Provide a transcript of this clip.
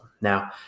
Now